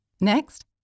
Next